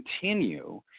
continue